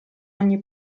ogni